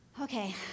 Okay